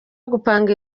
gupanga